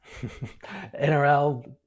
NRL